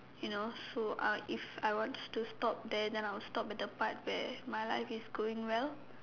you know so uh if I wants to stop there then I would stop at the part where my life is going well